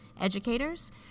educators